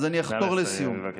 אז אני אחתור לסיום.